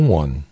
one